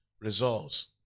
results